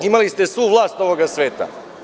Imali ste svu vlast ovoga sveta.